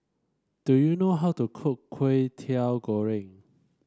do you know how to cook Kway Teow Goreng